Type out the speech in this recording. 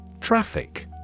Traffic